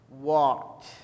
walked